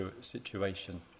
situation